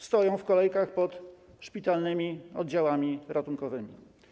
Stoją w kolejkach pod szpitalnymi oddziałami ratunkowymi.